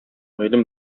гыйлем